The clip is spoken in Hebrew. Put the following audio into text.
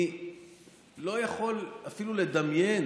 אני לא יכול אפילו לדמיין